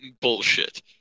bullshit